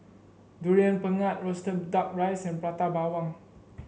Durian Pengat roasted duck rice and Prata Bawang